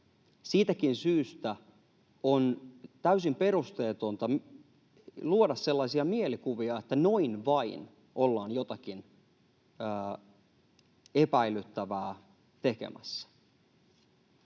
Siitäkin syystä on täysin perusteetonta luoda sellaisia mielikuvia, että noin vain ollaan jotakin epäilyttävää tekemässä.